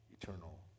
eternal